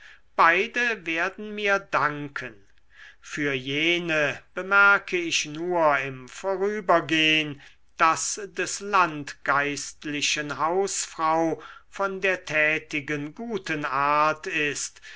beide werden mir danken für jene bemerke ich nur im vorübergehn daß des landgeistlichen hausfrau von der tätigen guten art ist